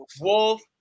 wolf